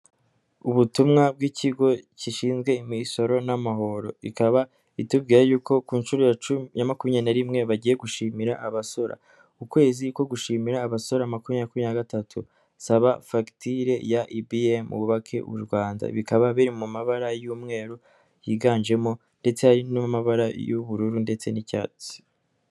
Ubutumwa bw'ikigo gishinzwe imisoro n'amahoro, ikaba itubwiye yuko ku nshuro ya makumyabiri na rimwe bagiye gushimira abasora, ukwezi ko gushimira abasora makumyabiri makumyabiri na gatatu, saba fagitire ya ibiyemu wubake u Rwanda, bikaba biri mu mabara y'umweru yiganjemo ndetse n'amabara y'ubururu ndetse n'icyatsi.